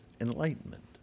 enlightenment